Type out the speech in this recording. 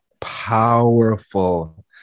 powerful